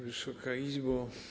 Wysoka Izbo!